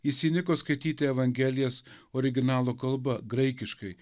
jis įniko skaityti evangelijas originalo kalba graikiškai